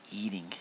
eating